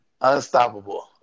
Unstoppable